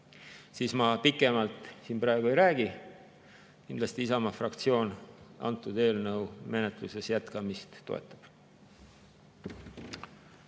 siis ma pikemalt siin praegu ei räägi. Kindlasti Isamaa fraktsioon toetab antud eelnõu menetluse jätkamist.